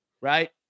right